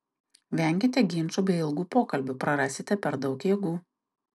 venkite ginčų bei ilgų pokalbių prarasite per daug jėgų